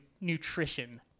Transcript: nutrition